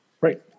Right